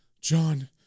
John